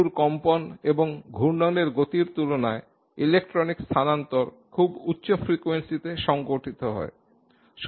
অণুর কম্পন এবং ঘূর্ণনের গতির তুলনায় ইলেকট্রনিক স্থানান্তর খুব উচ্চ ফ্রিকোয়েন্সিতে সংঘটিত হয়